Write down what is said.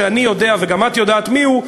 שאני יודע וגם את יודעת מיהו,